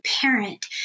parent